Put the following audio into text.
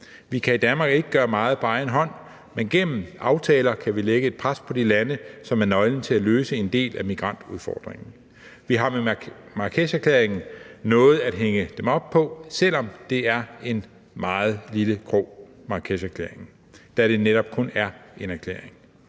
Vi kan i Danmark ikke gøre meget på egen hånd, men gennem aftaler kan vi lægge et pres på de lande, som er nøglen til at løse en del af migrantudfordringen. Vi har med Marrakesherklæringen noget at hænge dem op på, selv om Marrakesherklæringen er en meget lille krog, da den netop kun er en erklæring.